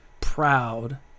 proud